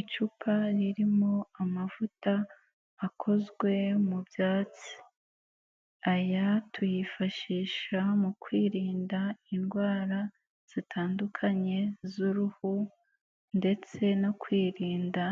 Icupa ririmo amavuta akozwe mu byatsi. Aya tuyifashisha mu kwirinda indwara zitandukanye z'uruhu ndetse no kwirinda